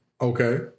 Okay